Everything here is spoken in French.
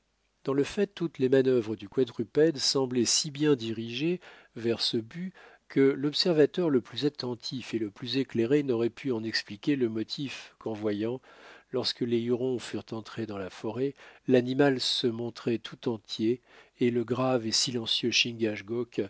dans le fait toutes les manœuvres du quadrupède semblaient si bien dirigées vers ce but que l'observateur le plus attentif et le plus éclairé n'aurait pu en expliquer le motif qu'en voyant lorsque les hurons furent entrés dans la forêt l'animal se montrer tout entier et le grave et silencieux